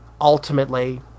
ultimately